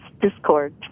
discord